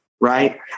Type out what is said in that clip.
Right